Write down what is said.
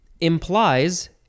implies